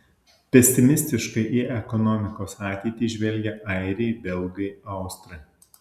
pesimistiškai į ekonomikos ateitį žvelgia airiai belgai austrai